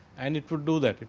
and it could do that.